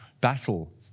battle